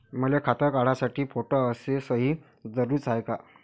मले खातं काढासाठी फोटो अस सयी जरुरीची हाय का?